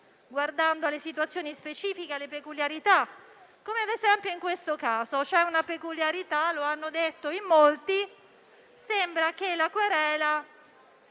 guardando alle situazioni specifiche, alle peculiarità, come - ad esempio - nel caso in esame. C'è una peculiarità - lo hanno detto in molti - e sembra che la querela